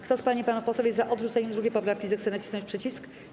Kto z pań i panów posłów jest za odrzuceniem 2. poprawki, zechce nacisnąć przycisk.